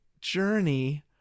journey